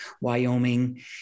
Wyoming